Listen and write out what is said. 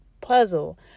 puzzle